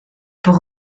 pour